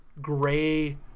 gray